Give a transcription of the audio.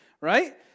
Right